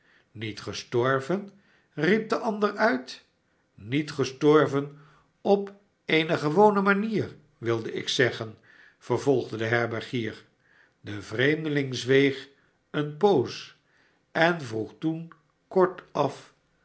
sniet gestorven riep de ander uit niet gestorven op eene gewone manier wilde ik zeggen vervolgde de herbergier de vreemdeling zweeg eene poos en vroeg toen kortaf